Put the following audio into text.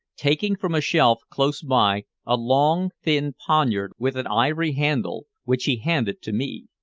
taking from a shelf close by a long, thin poignard with an ivory handle, which he handed to me.